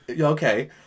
Okay